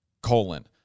colon